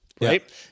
Right